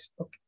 Okay